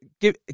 give